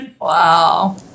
Wow